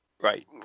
Right